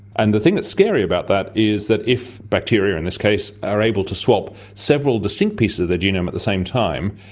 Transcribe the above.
and the thing that's scary about that is that if bacteria in this case are able to swap several distinct pieces of their genome at the same time,